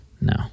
No